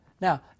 Now